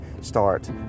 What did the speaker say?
start